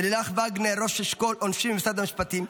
ולילך וגנר, ראש אשכול עונשין במשרד המשפטים,